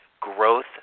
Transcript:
growth